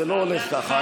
זה לא הולך ככה.